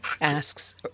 asks